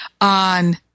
on